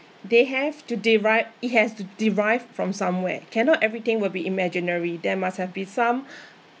they have to derive it has to derive from somewhere cannot everything will be imaginary there must have been some